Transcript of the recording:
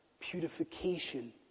Purification